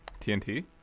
TNT